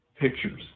pictures